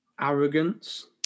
arrogance